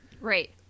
Right